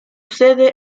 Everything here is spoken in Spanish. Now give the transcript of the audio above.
sede